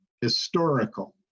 historical